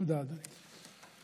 תודה, אדוני.